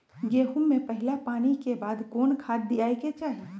गेंहू में पहिला पानी के बाद कौन खाद दिया के चाही?